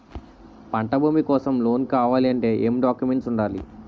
పంట భూమి కోసం లోన్ కావాలి అంటే ఏంటి డాక్యుమెంట్స్ ఉండాలి?